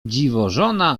dziwożona